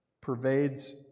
pervades